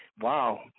wow